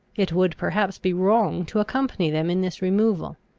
it would perhaps be wrong to accompany them in this removal.